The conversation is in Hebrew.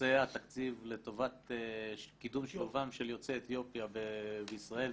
נושא התקציב לטובת קידום שילובם של יוצאי אתיופיה בישראל,